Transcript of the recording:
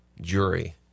Jury